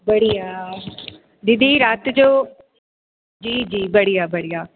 बढ़िया दीदी राति जो जी जी बढ़िया बढ़िया